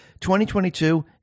2022